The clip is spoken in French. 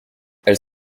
elle